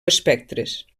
espectres